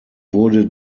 wurde